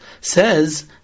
says